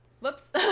Whoops